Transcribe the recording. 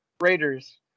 Raiders